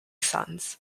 sons